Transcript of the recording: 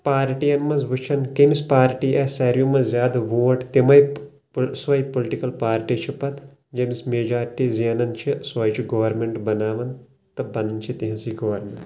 پارٹین منٛز وُچھان کٔمِس پارٹی آیہِ سارِوٕے منٛز زیادٕ ووٹ تِمے سۄے پُلٹِکل پارٹی چھ پتہٕ ییٚمِس میجارٹی زینان چھ سۄے چھ گورمیٚنٹ بناوان تہٕ بنان چھ تہنٛزٕے گورمیٚنٹ